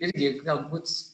irgi galbūt